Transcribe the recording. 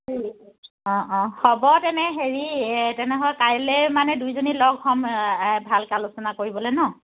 অঁ অঁ হ'ব তেনে হেৰি তেনে হ'লে কাইলে মানে দুইজনী লগ হ'ম ভালকে আলোচনা কৰিবলে ন